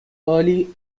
early